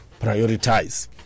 prioritize